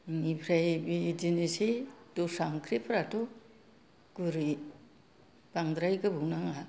बिनिफ्राय बिदिनोसै दस्रा ओंख्रिफोराथ' गुरै बांद्राय गोबाव नाङा